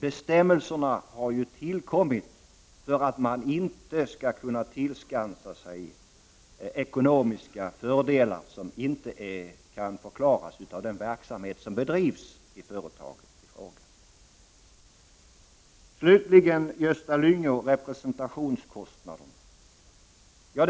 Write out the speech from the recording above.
Bestämmelserna har ju tillkommit för att någon inte skall kunna tillskansa sig ekonomiska fördelar som inte kan förklaras av den verksamhet som bedrivs i företaget i fråga. Slutligen vill jag ta upp det Gösta Lyngå säger om representationskostnaderna.